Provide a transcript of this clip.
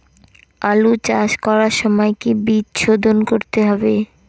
আলু চাষ করার সময় কি বীজ শোধন করতে হবে?